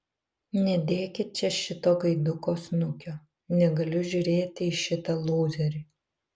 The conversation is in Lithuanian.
nedėkit čia šito gaiduko snukio negaliu žiūrėti į šitą lūzerį